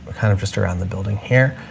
kind of just around the building here.